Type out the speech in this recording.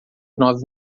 nove